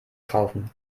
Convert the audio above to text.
kaufen